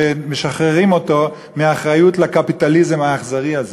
שמשחררים אותו מאחריות לקפיטליזם האכזרי הזה.